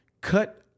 cut